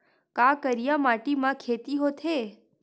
का करिया माटी म खेती होथे?